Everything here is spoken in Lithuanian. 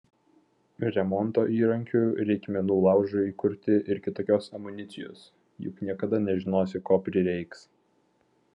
remonto įrankių reikmenų laužui įkurti ir kitokios amunicijos juk niekada nežinosi ko prireiks